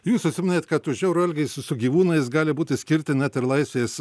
jūs užsiminėt kad už žiaurų elgesį su gyvūnais gali būti skirta net ir laisvės